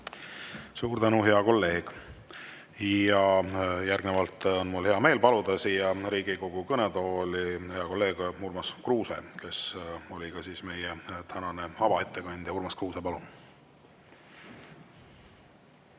Suur tänu, hea kolleeg! Järgnevalt on mul hea meel paluda siia Riigikogu kõnetooli hea kolleegi Urmas Kruuse, kes oli ka meie tänane avaettekandja. Urmas Kruuse, palun!